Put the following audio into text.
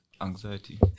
anxiety